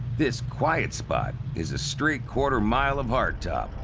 this quiet spot is a straight quarter mile of hard-top,